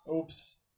Oops